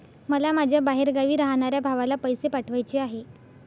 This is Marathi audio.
मला माझ्या बाहेरगावी राहणाऱ्या भावाला पैसे पाठवायचे आहे